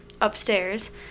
upstairs